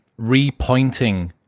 repointing